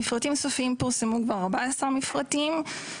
פורסמו כבר 14 מפרטים סופיים.